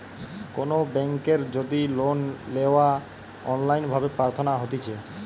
কোনো বেংকের যদি লোন লেওয়া অনলাইন ভাবে প্রার্থনা করা হতিছে